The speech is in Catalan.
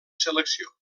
selecció